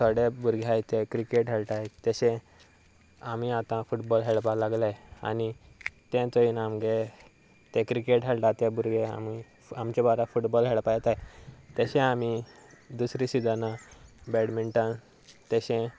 थोडे भुरगे आसात ते क्रिकेट खेळटात तशें आमी आतां फुटबॉल खेळपा लागल्यात आनी तें चोयन आमचे ते क्रिकेट खेळटा ते भुरगे आमी आमच्या बारा फुटबॉल खेळपाक येतात तशें आमी दुसऱ्या सिजनां बॅडमिंटन तशें